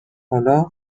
حالا